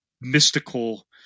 mystical